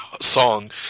song